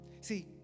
See